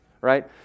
right